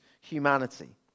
humanity